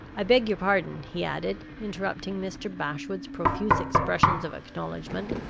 i beg your pardon, he added, interrupting mr. bashwood's profuse expressions of acknowledgment,